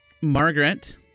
Margaret